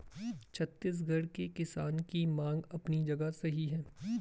छत्तीसगढ़ के किसान की मांग अपनी जगह सही है